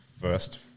first